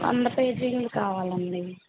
వంద పేజీలది కావాలండీ